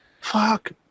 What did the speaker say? Fuck